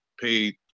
paid